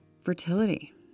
fertility